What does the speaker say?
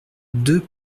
deux